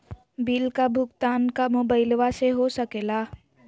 Bill का भुगतान का मोबाइलवा से हो सके ला?